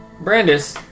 Brandis